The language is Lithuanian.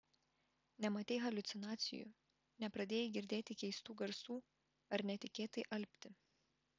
nematei haliucinacijų nepradėjai girdėti keistų garsų ar netikėtai alpti